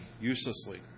uselessly